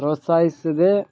ಪ್ರೋತ್ಸಾಹಿಸದೇ